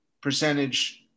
percentage